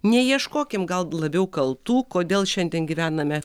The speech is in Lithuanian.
neieškokim gal labiau kaltų kodėl šiandien gyvename